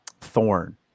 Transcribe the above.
Thorn